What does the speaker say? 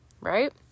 right